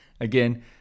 Again